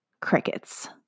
Crickets